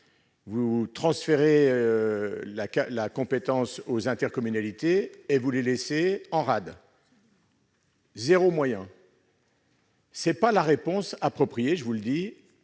vous transférez la compétence aux intercommunalités et vous les laissez en rade : zéro moyen ! Là n'est pas la réponse appropriée à la crise